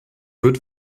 wird